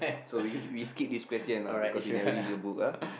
so we we skip this question lah cause you never read the book ah